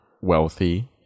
wealthy